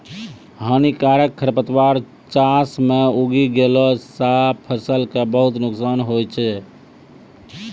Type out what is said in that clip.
हानिकारक खरपतवार चास मॅ उगी गेला सा फसल कॅ बहुत नुकसान होय छै